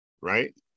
Right